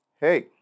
Hey